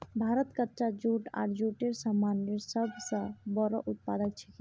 भारत कच्चा जूट आर जूटेर सामानेर सब स बोरो उत्पादक छिके